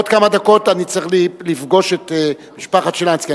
בעוד כמה דקות אני צריך לפגוש את משפחת שילנסקי.